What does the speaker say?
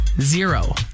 zero